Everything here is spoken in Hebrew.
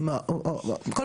מעסיק סיעודי,